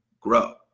grow